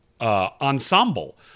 ensemble